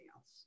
else